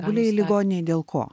gulėjai ligoninėj dėl ko